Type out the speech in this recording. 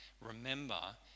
Remember